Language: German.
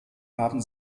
haben